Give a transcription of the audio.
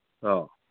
ꯑꯥꯎ